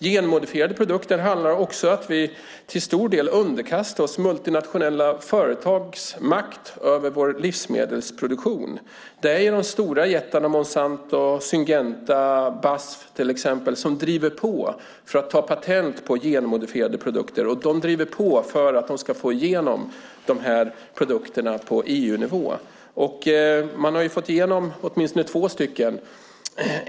Genmodifierade produkter handlar också om att vi till stor del underkastar oss multinationella företags makt över vår livsmedelsproduktion. Det är ju de stora jättarna, exempelvis Monsanto, Syngenta och BASF, som driver på för att ta patent på genmodifierade produkter. De driver på för att de ska få igenom de produkterna på EU-nivå. De har fått igenom åtminstone två.